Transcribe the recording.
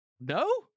No